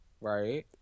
right